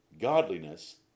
Godliness